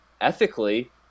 ethically